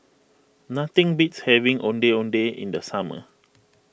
nothing beats having Ondeh Ondeh in the summer